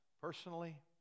personally